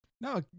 Now